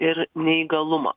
ir neįgalumą